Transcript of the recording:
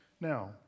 Now